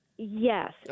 Yes